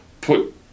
put